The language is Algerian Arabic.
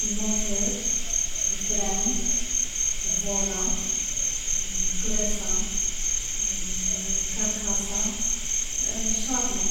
الموتور. الفران. الفولا. الكراسا. الـ الكركاسا. الشاطمة.